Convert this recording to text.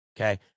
okay